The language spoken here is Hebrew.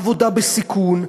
עבודה בסיכון,